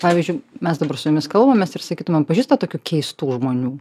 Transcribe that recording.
pavyzdžiui mes dabar su jumis kalbamės ir sakytumėm pažįstat tokių keistų žmonių